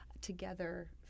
together